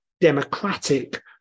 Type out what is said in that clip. democratic